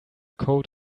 coat